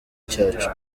cyacu